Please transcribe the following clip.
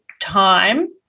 time